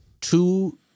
two